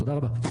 תודה רבה.